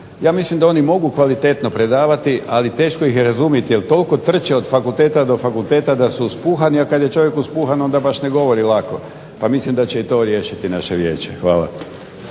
Ja mislim da oni mogu kvalitetno predavati, ali teško ih je razumiti jer toliko trče od fakulteta do fakulteta da su uspuhani, a kad je čovjek uspuhan onda baš ne govori lako. Pa mislim da će i to riješiti naše vijeće. Hvala.